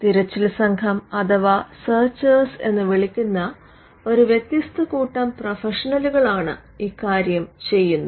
തിരച്ചിൽ സംഘം അഥവാ സെർച്ചേഴ്സ് എന്ന് വിളിക്കുന്ന ഒരു വ്യത്യസ്ത കൂട്ടം പ്രൊഫഷണലുകളാണ് ഇക്കാര്യം ചെയ്യുന്നത്